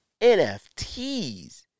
NFTs